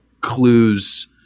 clues